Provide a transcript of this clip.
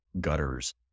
gutters